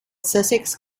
sussex